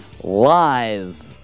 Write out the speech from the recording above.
live